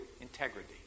integrity